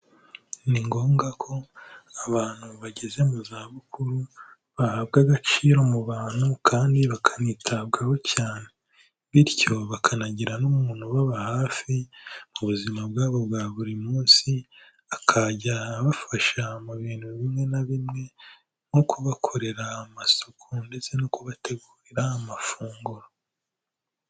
Ni ngombwa ko abantu bageze mu za bukuru bahabwa agaciro mu bantu kandi bakanitabwaho cyane, bityo bakanagira n'umuntu ubaba hafi mu buzima bwabo bwa buri munsi, akajya abafasha mu bintu bimwe na bimwe nko kubakorera amasuku ndetse no kubategurira amafunguro.